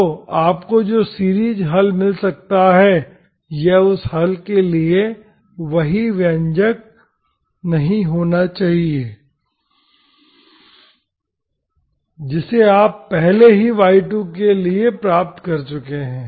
तो आपको जो सीरीज हल मिल सकता है यह उस हल के लिए वही व्यंजक नहीं होना चाहिए जिसे आप पहले ही y2 के लिए प्राप्त कर चुके हैं